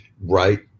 right